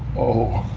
oh.